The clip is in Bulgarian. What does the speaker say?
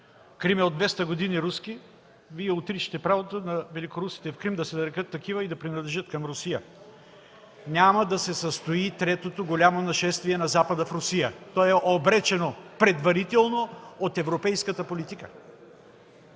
Крим от 200 години е руски, а Вие отричате правото на великорусите в Крим да се нарекат такива и да принадлежат към Русия. Няма да се състои третото голямо нашествие на Запада в Русия. То е обречено предварително от европейската политика.